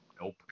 Nope